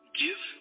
give